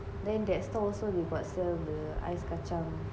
then that stall also they got sell the ais kacang